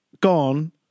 gone